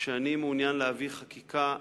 שאני מעוניין להביא חקיקה,